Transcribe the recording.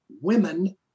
women